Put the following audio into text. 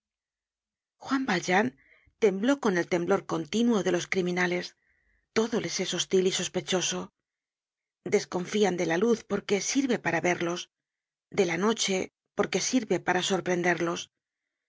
juan valjean tembló con el temblor continuo de los criminales todo les es hostil y sospechoso desconfian de la luz porque sirve para verlos de la noche porque sirve para sorprenderlos